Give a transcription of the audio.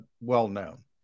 well-known